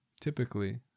typically